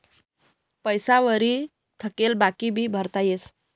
पैसा वरी थकेल बाकी भी भरता येस